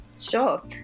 sure